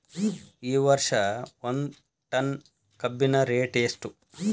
ಈ ವರ್ಷ ಒಂದ್ ಟನ್ ಕಬ್ಬಿನ ರೇಟ್ ಎಷ್ಟು?